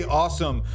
awesome